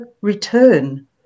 return